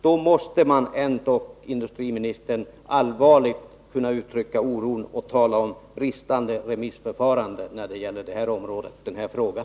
Detta gör, herr industriminister, att man allvarligt måste uttrycka sin oro och påtala det bristande remissförfarandet i den här frågan.